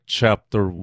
chapter